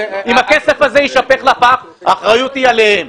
אם הכסף הזה יישפך לפח, האחריות היא עליהם.